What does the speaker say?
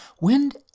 Wind